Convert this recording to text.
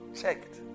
checked